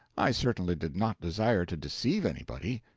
i certainly did not desire to deceive anybody.